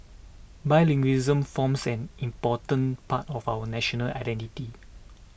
bilingualism forms an important part of our national identity